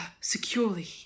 securely